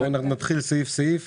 נתחיל סעיף-סעיף